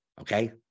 okay